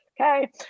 Okay